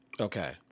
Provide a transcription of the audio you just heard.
Okay